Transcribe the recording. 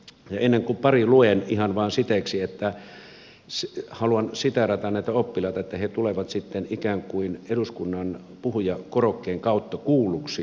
pari luen ihan vain siteeksi haluan siteerata näitä oppilaita että he tulevat sitten ikään kuin eduskunnan puhujakorokkeen kautta kuulluksi eduskunnassa